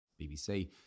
BBC